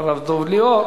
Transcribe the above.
מי שהכיר את הרב שפירא,